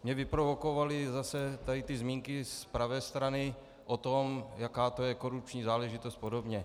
Mě vyprovokovaly zase tady ty zmínky z pravé strany o tom, jaká to je korupční záležitost apod.